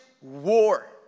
war